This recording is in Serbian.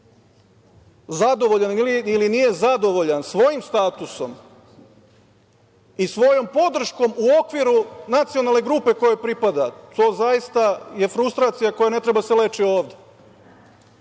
zadovoljan ili nije zadovoljan svojim statusom i svojom podrškom u okviru nacionalne grupe kojoj pripada, to zaista je frustracija koja ne treba da se leči ovde,